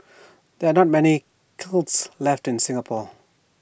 there are not many kilns left in Singapore